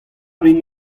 rin